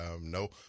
no